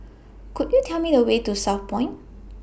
Could YOU Tell Me The Way to Southpoint